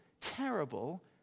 terrible